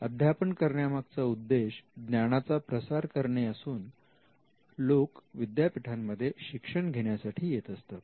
अध्यापन करण्यामागचा उद्देश ज्ञानाचा प्रसार करणे असून लोक विद्यापीठांमध्ये शिक्षण घेण्यासाठी येत असतात